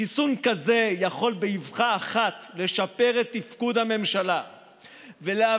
חיסון כזה יכול באבחה אחת לשפר את תפקוד הממשלה ולהביא